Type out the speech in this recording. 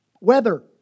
Weather